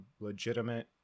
legitimate